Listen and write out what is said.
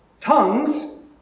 Tongues